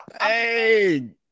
hey